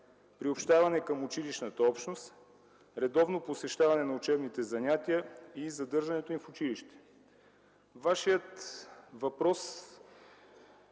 приобщаване към училищната общност, редовно посещаване на учебните занятия и задържането им в училище. Въпросът